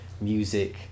music